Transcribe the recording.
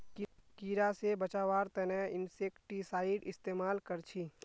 कीड़ा से बचावार तने इंसेक्टिसाइड इस्तेमाल कर छी